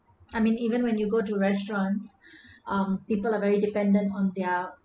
I mean even when you go to restaurants um people are very dependent on their